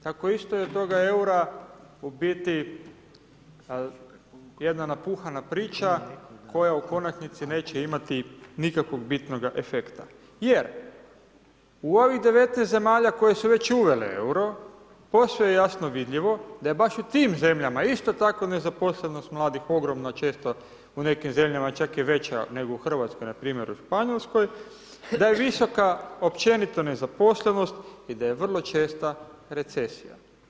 Tako isto i od toga eura, u biti, jedna napuhana priča koja u konačnici neće imati nikakvog bitnoga efekta jer u ovih 19 zemalja koje su već uvele euro, posve je jasno vidljivo da je baš u tim zemljama isto tako nezaposlenost mladih ogromna, često u nekim zemljama čak i veća nego u RH, npr. u Španjolskoj, da je visoka općenito nezaposlenost i da je vrlo česta recesija.